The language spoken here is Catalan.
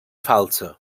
falsa